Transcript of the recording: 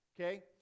Okay